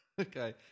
Okay